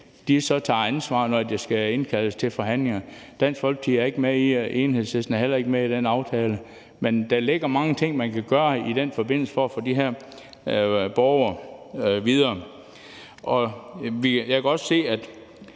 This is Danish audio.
så tager ansvar, når der skal indkaldes til forhandlinger. Dansk Folkeparti er ikke med og Enhedslisten er heller ikke med i den aftale, men der ligger mange ting, man kan gøre i den forbindelse for at få de her borgere videre. Jeg kan også se, at